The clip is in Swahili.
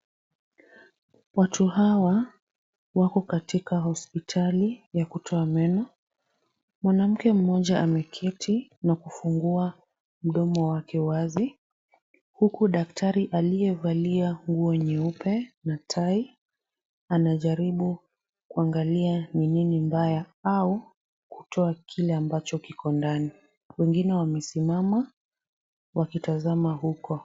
Watu hawa wako katika hospitali ya kutoa meno. Mwanamke mmoja ameketi na kufungua mdomo wake wazi, huku daktari aliyevalia nguo nyeupe na tai anajaribu kuangalia ni nini mbaya au kutoa kile ambacho kiko ndani. Wengine wamesimama wakitazama huko.